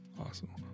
awesome